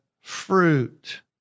fruit